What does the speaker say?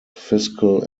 fiscal